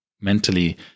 mentally